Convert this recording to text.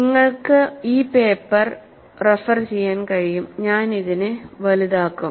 നിങ്ങൾക്ക് ഈ paper refer ചെയ്യാൻ കഴിയും ഞാൻ അതിനെ വലുതാക്കും